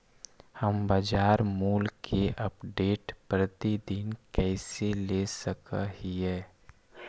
हम बाजार मूल्य के अपडेट, प्रतिदिन कैसे ले सक हिय?